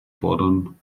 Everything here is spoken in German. fordern